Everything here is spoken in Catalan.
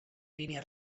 línia